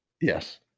Yes